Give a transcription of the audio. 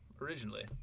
originally